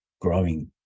growing